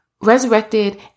resurrected